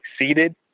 succeeded